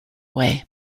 way